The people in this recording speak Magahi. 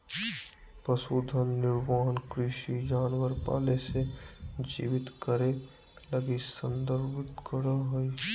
पशुधन निर्वाह कृषि जानवर पाले से जीवित करे लगी संदर्भित करा हइ